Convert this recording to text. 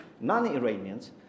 non-Iranians